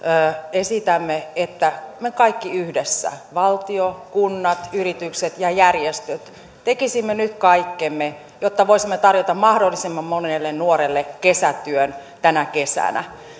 esitämme että me kaikki yhdessä valtio kunnat yritykset ja järjestöt tekisimme nyt kaikkemme jotta voisimme tarjota mahdollisimman monelle nuorelle kesätyön tänä kesänä